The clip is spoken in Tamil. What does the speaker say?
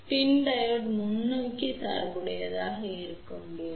எனவே பின் டையோடு முன்னோக்கி சார்புடையதாக இருக்கும்போது